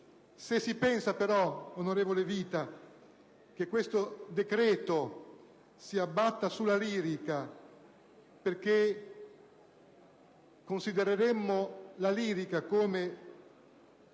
Se si pensa però, senatore Vita, che questo decreto-legge si abbatta sulla lirica perché considereremmo la lirica come